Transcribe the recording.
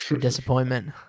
Disappointment